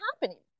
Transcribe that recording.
happening